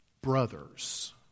brothers